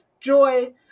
joy